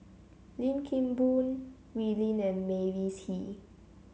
Lim Kim Boon Wee Lin and Mavis Hee